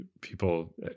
people